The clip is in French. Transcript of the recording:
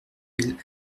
mille